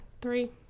three